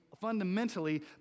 fundamentally